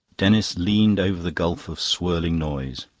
denis leaned over the gulf of swirling noise.